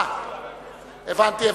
אה, הבנתי.